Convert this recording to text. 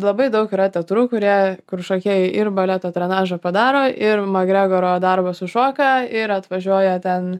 labai daug yra teatrų kurie kur šokėjai ir baleto trenažą padaro ir magregoro darbą sušoka ir atvažiuoja ten